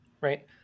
right